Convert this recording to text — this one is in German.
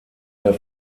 der